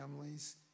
families